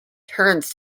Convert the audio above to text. turns